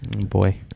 Boy